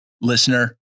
listener